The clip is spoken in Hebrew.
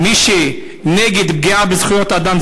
מי שנגד פגיעה בזכויות אדם,